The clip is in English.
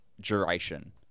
Duration